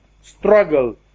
struggle